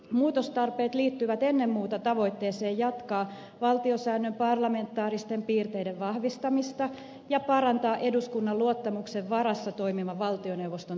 muutostarpeet liittyvät ennen muuta tavoitteeseen jatkaa valtiosäännön parlamentaaristen piirteiden vahvistamista ja parantaa eduskunnan luottamuksen varassa toimivan valtioneuvoston toimintamahdollisuuksia